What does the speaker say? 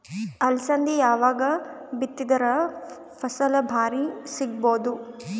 ಅಲಸಂದಿ ಯಾವಾಗ ಬಿತ್ತಿದರ ಫಸಲ ಭಾರಿ ಸಿಗಭೂದು?